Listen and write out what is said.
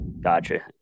gotcha